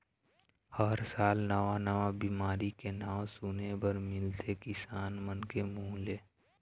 हर साल नवा नवा बिमारी के नांव सुने बर मिलथे किसान मन के मुंह ले